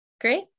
Great